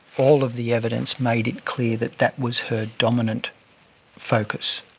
all of the evidence made it clear that that was her dominant focus.